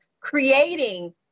creating